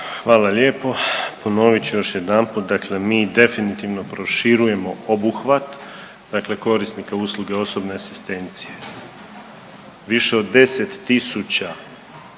Hvala lijepo. Ponovit ću još jedanput, dakle mi definitivno proširujemo obuhvat korisnika usluga osobne asistencije. Više od 10.000